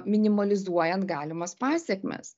minimalizuojant galimas pasekmes